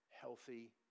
healthy